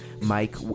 Mike